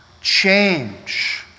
change